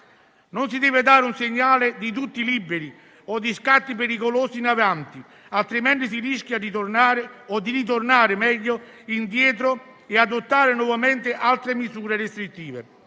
Non si deve dare un segnale di "liberi tutti" o di scatti pericolosi in avanti, altrimenti si rischia di ritornare indietro e adottare nuovamente altre misure restrittive.